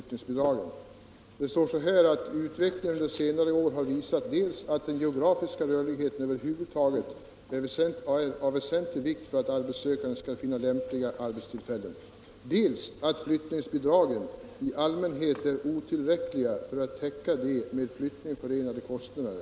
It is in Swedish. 13 beträffande flyttningsbidragen: ”Utvecklingen under senare år har visat dels att den geografiska rörligheten över huvud taget är av väsentlig vikt för att de arbetssökande skall finna lämpliga arbetstillfällen, dels att flyttningsbidragen i allmänhet är otillräckliga för att täcka de med en flyttning förenade kostnaderna.